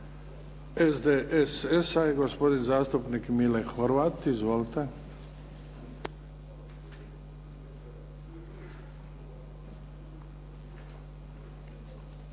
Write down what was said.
SDSS-a i gospodin zastupnik Mile Horvat. Izvolite.